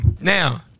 now